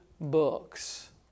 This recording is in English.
books